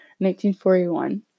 1941